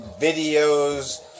Videos